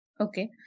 okay